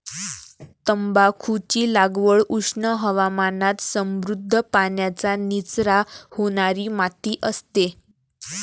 तंबाखूची लागवड उष्ण हवामानात समृद्ध, पाण्याचा निचरा होणारी माती असते